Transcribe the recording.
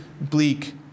bleak